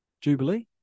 Jubilee